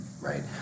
right